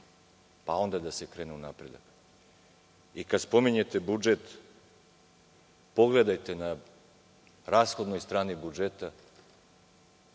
pa onda da se krene u napredak. Kad spominjete budžet pogledajte na rashodnoj strani budžeta